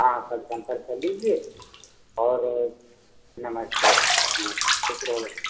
हाँ कल संपर्क कर लीजिए और नमस्ते नमस्ते खुश रहो बेटा